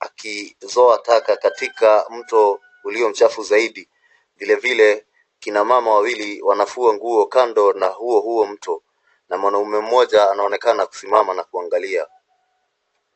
akizoa taka katika mto uliyo mchafu zaidi. Vilevile kina mama wawili wanafua nguo kando na huo huo mto na mwanaume moja anaonekana kusimama na kuangalia.